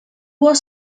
was